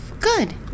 Good